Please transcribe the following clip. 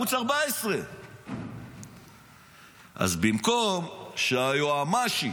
ערוץ 14. אז במקום שהיועמ"שית